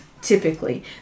typically